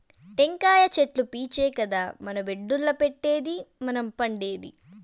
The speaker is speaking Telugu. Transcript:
టెంకాయ చెట్లు పీచే కదా మన బెడ్డుల్ల పెట్టేది మనం పండేది